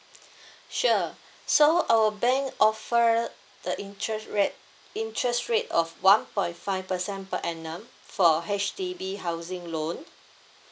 sure so our bank offer the interest rate interest rate of one point five percent per annum for H_D_B housing loan